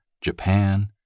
Japan